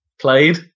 Played